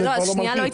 זה כבר לא מלחיץ.